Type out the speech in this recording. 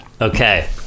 okay